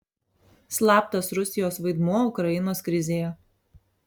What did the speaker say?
slaptas rusijos vaidmuo ukrainos krizėje